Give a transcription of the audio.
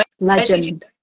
Legend